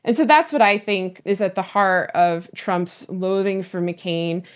and so that's what i think is at the heart of trump's loathing for mccain,